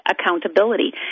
accountability